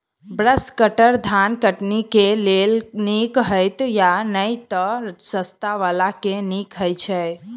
Brush cutter धान कटनी केँ लेल नीक हएत या नै तऽ सस्ता वला केँ नीक हय छै?